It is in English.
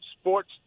sports